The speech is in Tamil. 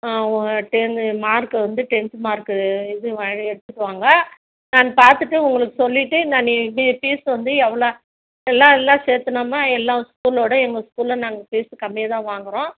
அவங்க டென்த்து மார்க்கு வந்து டென்த்து மார்க்கு இது வ எடுத்துகிட்டு வாங்க நான் பார்த்துட்டு உங்களுக்கு சொல்லிட்டு நானு இது ஃபீஸ் வந்து எவ்வளோ எல்லாம் எல்லாம் சேர்க்கணுன் தான் எல்லாம் ஸ்கூலோட எங்கள் ஸ்கூலில் நாங்கள் ஃபீஸ் கம்மியாகதான் வாங்குகிறோம்